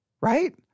Right